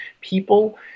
people